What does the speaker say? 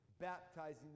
baptizing